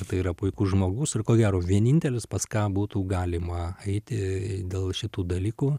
kad tai yra puikus žmogus ir ko gero vienintelis pas ką būtų galima eiti dėl šitų dalykų